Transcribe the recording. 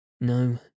No